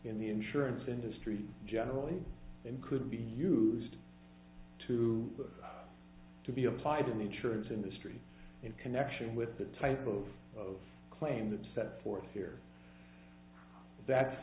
in the insurance industry generally and could be used to to be applied in the insurance industry in connection with the type of of claim that set forth here that's